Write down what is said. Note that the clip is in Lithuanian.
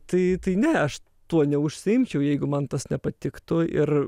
tai tai ne aš tuo neužsiimčiau jeigu man tas nepatiktų ir